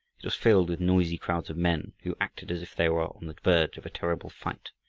it was filled with noisy crowds of men who acted as if they were on the verge of a terrible fight.